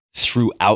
Throughout